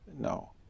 No